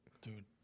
Dude